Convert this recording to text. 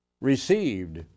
received